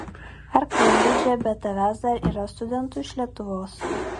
ar kembridže be tavęs dar yra studentų iš lietuvos